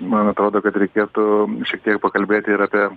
man atrodo kad reikėtų šiek tiek pakalbėti ir apie